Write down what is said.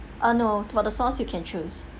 uh no for the sauce you can choose